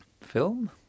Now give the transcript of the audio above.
film